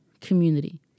Community